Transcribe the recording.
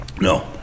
No